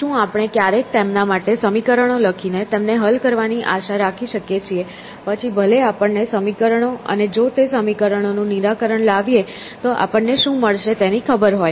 શું આપણે ક્યારેય તેમના માટે સમીકરણો લખીને તેમને હલ કરવાની આશા રાખી શકીએ છીએ પછી ભલે આપણને સમીકરણો અને જો તે સમીકરણોનું નિરાકરણ લાવીએ તો આપણને શું મળશે તેની ખબર હોય